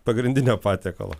pagrindinio patiekalo